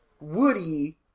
Woody